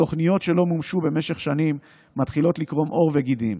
תוכניות שלא מומשו במשך שנים מתחילות לקרום עור וגידים.